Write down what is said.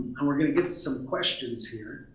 and we're gonna get to some questions here.